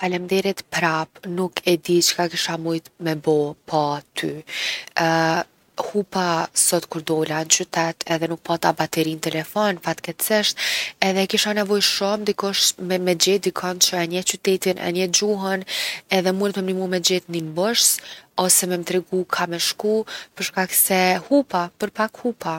Falemnderit prap, nuk e di çka kisha mujt me bo pa ty. hupa sot kur dola n’qytet edhe nuk pata bateri n’telefon fatkeqsisht edhe kisha nevojë shumë dikush- me gjet’ dikon që e njeh qytetin, e njeh gjuhën edhe munet me m’nimu me gjetë ni mbushs ose me m’tregu ka me shku për shkak se hupa, për pak hupa.